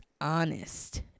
honest